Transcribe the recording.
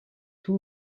two